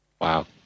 Wow